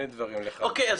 אוקיי.